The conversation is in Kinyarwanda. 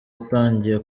utangiye